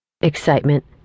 Excitement